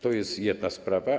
To jest jedna sprawa.